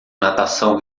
natação